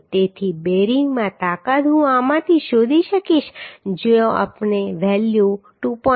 તેથી બેરિંગમાં તાકાત હું આમાંથી શોધી શકીશ જો આપણે વેલ્યુ 2